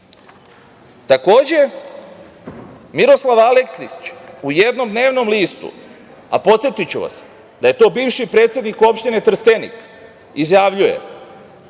Miroslav Aleksić u jednom dnevnom listu, a podsetiću vas da je to bivši predsednik opštine Trstenik, izjavljuje,